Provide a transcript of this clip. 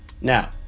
now